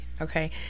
Okay